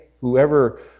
whoever